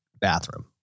bathroom